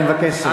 אני מבקש,